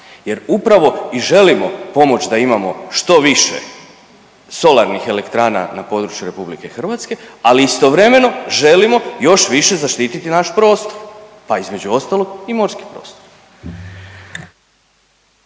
jer upravo i želimo pomoć da imamo što više solarnih elektrana na području RH, ali istovremeno želimo još više zaštititi naš prostor, pa između ostalog i morski prostor.